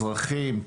אזרחים,